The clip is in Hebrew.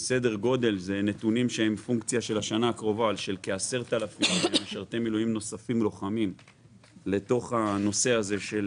סדר גודל של כ-10,000 משרתי מילואים לוחמים נוספים לתוך הנושא הזה של